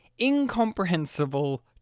incomprehensible